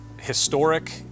historic